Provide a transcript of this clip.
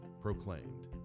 proclaimed